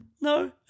No